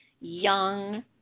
young